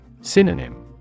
Synonym